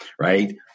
right